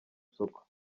isoko